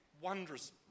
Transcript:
wondrous